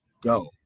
go